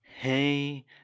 Hey